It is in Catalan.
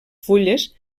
fulles